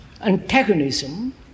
antagonism